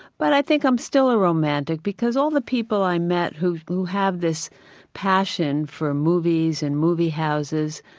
but i think i'm still a romantic because all the people i met who who have this passion for movies and movie houses,